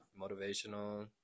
motivational